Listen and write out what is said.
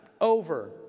Over